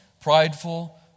prideful